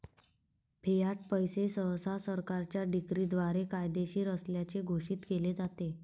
Fiat पैसे सहसा सरकारच्या डिक्रीद्वारे कायदेशीर असल्याचे घोषित केले जाते